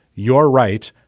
you're right,